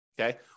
Okay